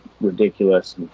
ridiculous